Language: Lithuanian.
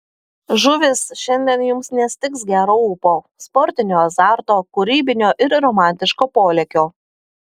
žuvys šiandien jums nestigs gero ūpo sportinio azarto kūrybinio ir romantiško polėkio